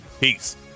Peace